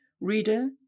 Reader